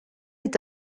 est